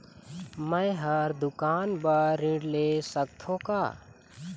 मैं हर दुकान बर ऋण ले सकथों का?